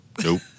nope